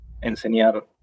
enseñar